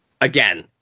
again